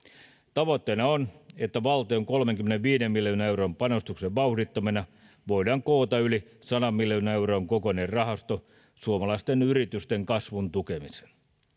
tavoitteena on että valtion kolmenkymmenenviiden miljoonan euron panostuksen vauhdittamana voidaan koota yli sadan miljoonan euron kokoinen rahasto suomalaisten yritysten kasvun tukemiseen